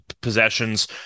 possessions